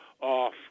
off